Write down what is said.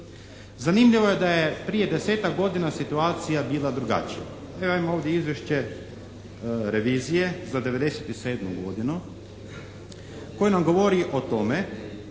Zanimljivo je da je prije 10-tak godina situacija bila drugačija. Evo ja imam ovdje izvješće revizije za '97. godinu koje nam govori o tome